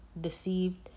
deceived